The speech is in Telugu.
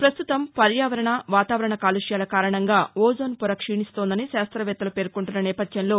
పస్తుతం పర్యావరణ వాతావరణ కాలుష్యాల కారణంగా ఓజోన్ పొర క్షీణిస్తోందని శాస్టవేత్తలు పేర్కొంటున్న నేపధ్యంలో